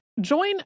Join